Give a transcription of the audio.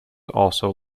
also